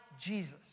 Jesus